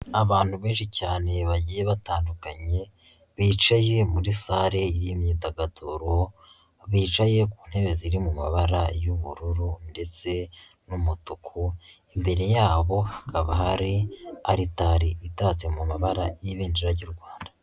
Abantu benshi cyane bagiye batandukanye bicaye muri sale y'imyidagaduro bicaye ku ntebe ziri mu mabara y'ubururu ndetse n'umutuku, imbere yabo hakaba hari aritari itatse mu mabara y'ibendera ry'u Rwanda.